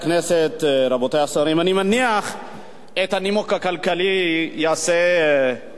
אני מניח שאת הנימוק הכלכלי יעשה חבר הכנסת רוני בר-און,